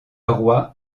roi